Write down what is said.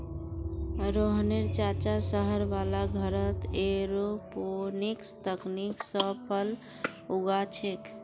रोहनेर चाचा शहर वाला घरत एयरोपोनिक्स तकनीक स फल उगा छेक